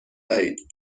دهید